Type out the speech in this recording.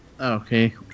okay